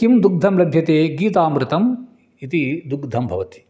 किं दुग्धं लभ्यते गीतामृतम् इति दुग्धं भवति